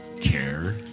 care